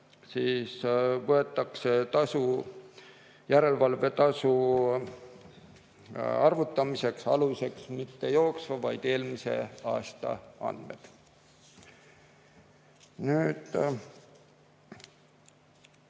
võetakse järelevalvetasu arvutamise aluseks mitte jooksva, vaid eelmise aasta andmed. Veidi